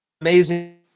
amazing